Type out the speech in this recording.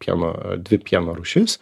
pieno dvi pieno rūšis